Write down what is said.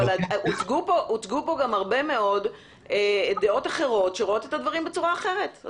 אבל הוצגו פה גם הרבה מאוד דעות אחרות שרואות את הדברים בצורה אחרת.